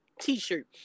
t-shirt